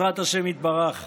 השם יתברך,